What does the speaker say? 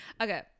Okay